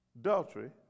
adultery